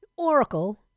Oracle